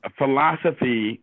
philosophy